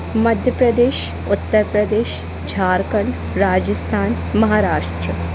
Madhya Pradesh Uttar Pradesh Jharkhand Rajasthan Maharashtra